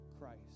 Christ